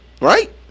right